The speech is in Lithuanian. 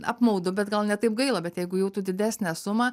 apmaudu bet gal ne taip gaila bet jeigu jau tu didesnę sumą